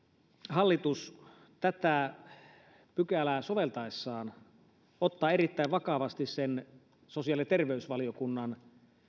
hallitus tätä pykälää soveltaessaan ottaa erittäin vakavasti sosiaali ja terveysvaliokunnan